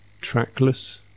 trackless